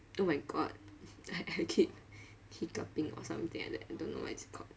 oh my god I I keep hiccuping or something like that I don't know what is it called